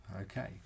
Okay